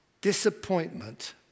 disappointment